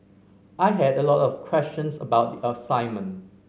I had a lot of questions about the assignment